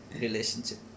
relationship